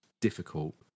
difficult